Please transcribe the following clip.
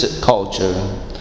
culture